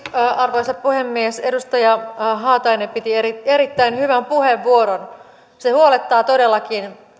arvoisa puhemies edustaja haatainen piti erittäin hyvän puheenvuoron se huolettaa todellakin